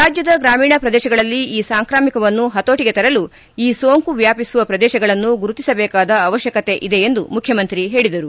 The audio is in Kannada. ರಾಜ್ಯದ ಗ್ರಾಮೀಣ ಪ್ರದೇಶಗಳಲ್ಲಿ ಈ ಸಾಂಕ್ರಾಮಿಕವನ್ನು ಪತೋಟಿಗೆ ತರಲು ಈ ಸೋಂಕು ವ್ಯಾಪಿಸುವ ಶ್ರದೇಶಗಳನ್ನು ಗುರುತಿಸಬೇಕಾದ ಅವಶ್ಯಕತೆ ಇದೆ ಎಂದು ಮುಖ್ಯಮಂತ್ರಿ ಹೇಳಿದರು